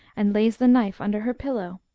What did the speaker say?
and lays the knife under her pillow.